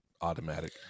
automatic